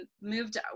moved